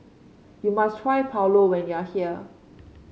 you must try Pulao when you are here